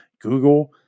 Google